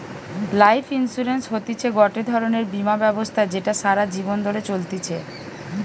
life insurance হতিছে গটে ধরণের বীমা ব্যবস্থা যেটা সারা জীবন ধরে চলতিছে